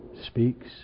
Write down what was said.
speaks